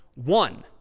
one.